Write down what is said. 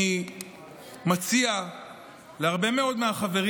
אני מציע להרבה מאוד מהחברים